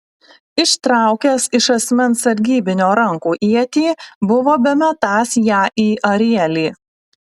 ištraukęs iš asmens sargybinio rankų ietį buvo bemetąs ją į arielį